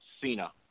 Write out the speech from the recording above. cena